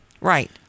right